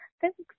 thanks